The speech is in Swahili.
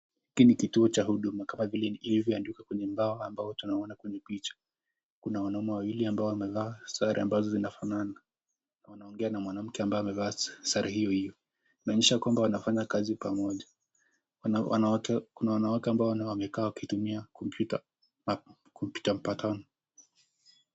Hiki ni kituo cha huduma kama vile ilivyoandikwa kwenye mbao ambayo tunaona kwenye picha. Kuna wanaume wawili ambao wamevaa sare ambazo zinafanana wanaongea na mwanamke ambaye amevaa sare hiyo hiyo kumaanisha kua wanafanya kazi pamoja.